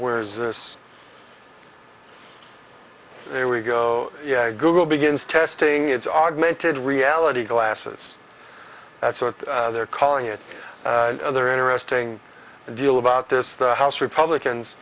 where's this there we go google begins testing it's augmented reality glasses that's what they're calling it the other interesting deal about this the house republicans